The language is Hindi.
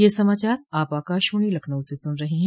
ब्रे क यह समाचार आप आकाशवाणी लखनऊ से सुन रहे हैं